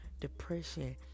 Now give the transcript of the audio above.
depression